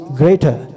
greater